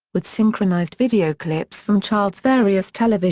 with synchronized video clips from child's various television